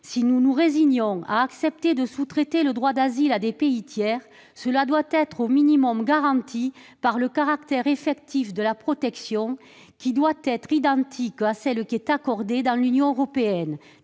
Si nous nous résignons à accepter de sous-traiter le droit d'asile à des pays tiers, ceci doit être au minimum garanti par le caractère effectif de la protection, qui doit être identique à celle qui est accordée dans l'Union européenne-